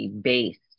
based